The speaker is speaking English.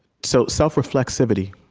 so self-reflexivity,